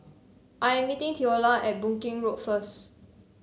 I am meeting Theola at Boon Keng Road first